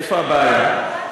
איפה הבעיה?